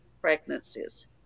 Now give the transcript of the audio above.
pregnancies